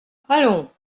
allons